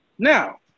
Now